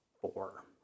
four